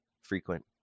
frequent